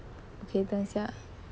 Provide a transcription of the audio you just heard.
okay 等一下